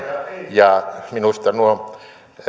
ja minusta nuo